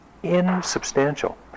insubstantial